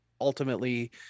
ultimately